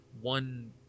one